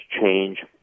change